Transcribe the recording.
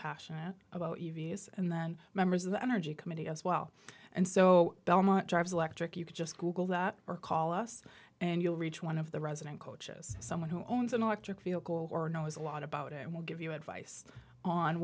passionate about u v s and then members of the energy committee as well and so belmont drives electric you can just google that or call us and you'll reach one of the resident coaches someone who owns an electric vehicle or knows a lot about it and will give you advice on